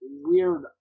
weird